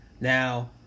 now